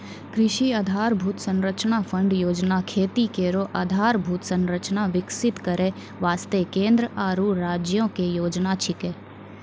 कृषि आधारभूत संरचना फंड योजना खेती केरो आधारभूत संरचना विकसित करै वास्ते केंद्र आरु राज्यो क योजना छिकै